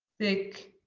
thick,